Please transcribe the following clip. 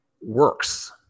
works